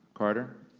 carter.